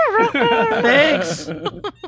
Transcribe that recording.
Thanks